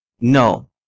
No